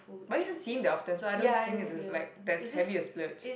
but you don't see him that often so I don't think it's like there's habit a splurge